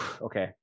Okay